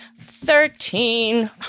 thirteen